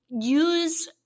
use